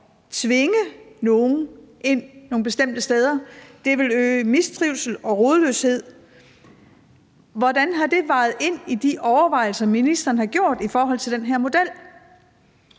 tvinge nogen nogle bestemte steder hen vil øge mistrivsel og rodløshed, hvordan har det så spillet ind i forhold til de overvejelser, ministeren har gjort sig med hensyn til den her model?